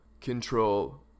Control